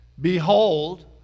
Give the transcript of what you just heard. behold